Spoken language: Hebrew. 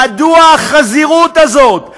מדוע החזירות הזאת?